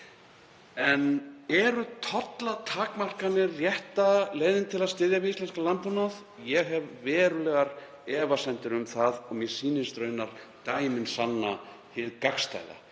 En eru tollatakmarkanir rétta leiðin til að styðja við íslenskan landbúnað? Ég hef verulegar efasemdir um það og mér sýnist raunar dæmin sanna hið gagnstæða.